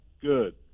Good